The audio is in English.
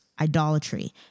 idolatry